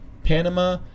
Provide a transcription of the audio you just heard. Panama